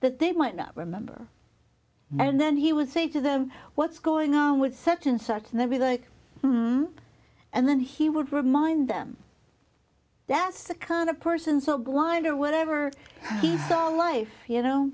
that they might not remember and then he would say to them what's going on with such and such and then be like and then he would remind them that's the kind of person so glider whatever he's done life you know